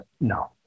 no